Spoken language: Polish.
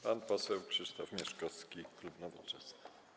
Pan poseł Krzysztof Mieszkowski, klub Nowoczesna.